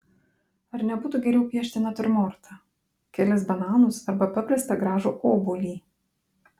ar nebūtų geriau piešti natiurmortą kelis bananus arba paprastą gražų obuolį